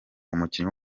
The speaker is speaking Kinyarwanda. umukinnyi